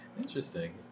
interesting